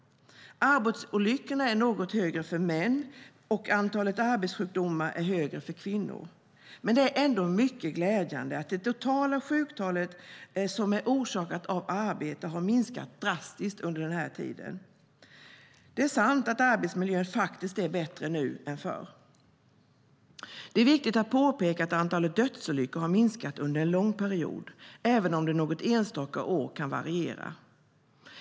Arbetsolyckorna är något högre för män, medan antalet arbetssjukdomar är högre för kvinnor. Men det är ändå mycket glädjande att det totala sjuktalet orsakat av arbete har minskat drastiskt under den här tiden. Det är sant att arbetsmiljön är bättre nu än förr. Det är viktigt att påpeka att antalet dödsolyckor har minskat under en lång period, även om det under något enstaka år kan variera.